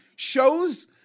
shows